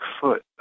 foot